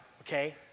okay